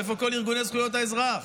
איפה כל ארגוני זכויות האזרח?